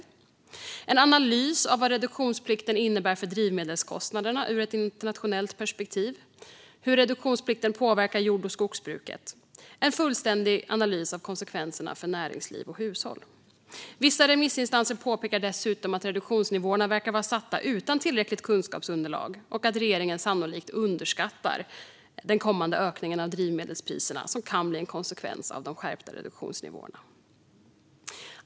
Den omfattar också en analys av vad reduktionsplikten innebär för drivmedelskostnaderna ur ett internationellt perspektiv, hur reduktionsplikten påverkar jord och skogsbruket samt en fullständig analys av konsekvenserna för näringsliv och hushåll. Vissa remissinstanser påpekar dessutom att reduktionsnivåerna verkar vara satta utan tillräckligt kunskapsunderlag och att regeringen sannolikt underskattar den kommande ökningen av drivmedelspriserna som kan bli en konsekvens av de skärpta reduktionsnivåerna.